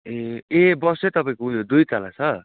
ए ए बस चाहिँ तपाईँको उयो दुई तला छ